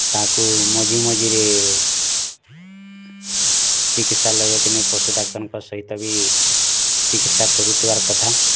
ତାକୁ ମଝିମଝିରେ ଚିକିତ୍ସାଲୟ କି ନେଇ ପଶୁଡାକ୍ତରଙ୍କ ସହିତ ବି ଚିକିତ୍ସା କରୁଥିବାର୍ କଥା